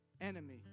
enemy